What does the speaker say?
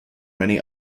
many